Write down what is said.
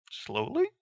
Slowly